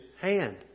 hand